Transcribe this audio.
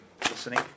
listening